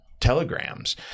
telegrams